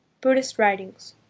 buddhist writings.